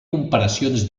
comparacions